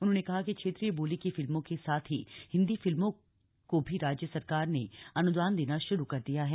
उन्होंने कहा कि क्षेत्रीय बोली की फिल्मों के साथ ही हिन्दी फिल्मों को भी राज्य सरकार ने अनुदान देना शुरू कर दिया है